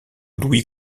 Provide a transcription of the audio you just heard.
louis